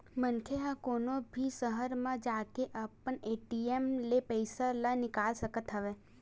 मनखे ह कोनो भी सहर म जाके अपन ए.टी.एम ले पइसा ल निकाल सकत हवय